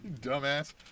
dumbass